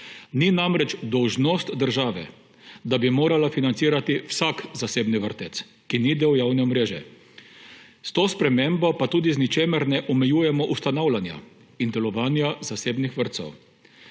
Ni namreč dolžnost države, da bi morala financirati vsak zasebni vrtec, ki ni del javne mreže. S to spremembo pa tudi z ničemer ne omejujemo ustanavljanja in delovanja zasebnih vrtcev.